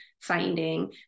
finding